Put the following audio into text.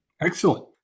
Excellent